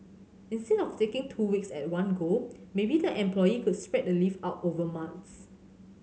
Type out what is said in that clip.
instead of taking two weeks at one go maybe the employee could spread the leave out over months